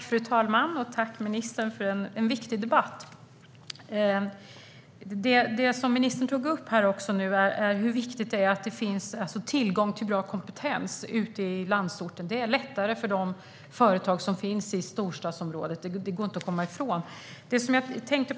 Fru talman! Jag tackar ministern för en viktig debatt. Ministern tog upp hur viktigt det är att det finns tillgång till bra kompetens i landsorten. Det är lättare för de företag som finns i storstadsområden; det går inte att komma ifrån.